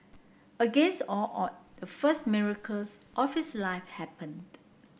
against all odd the first miracles of his life happened